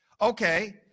Okay